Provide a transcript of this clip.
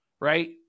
Right